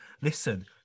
listen